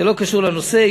זה לא קשור לנושא.